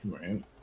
Right